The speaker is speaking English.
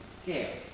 scales